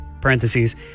parentheses